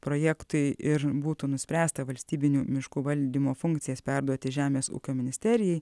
projektui ir būtų nuspręsta valstybinių miškų valdymo funkcijas perduoti žemės ūkio ministerijai